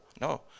no